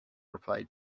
replied